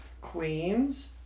Queens